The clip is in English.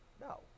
No